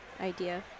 idea